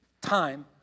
time